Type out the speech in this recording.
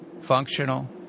functional